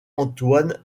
antoine